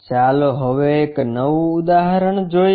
ચાલો હવે એક નવું ઉદાહરણ જોઈએ